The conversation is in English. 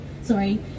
sorry